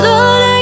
Lord